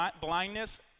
blindness